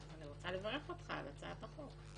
אני רוצה לברך אותך על הצעת החוק.